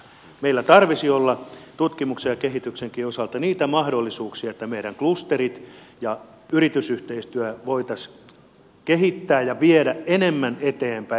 meillä tarvitsisi olla tutkimuksen ja kehityksenkin osalta niitä mahdollisuuksia että meidän klustereitamme ja yritysyhteistyötämme voitaisiin kehittää ja viedä enemmän eteenpäin